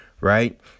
right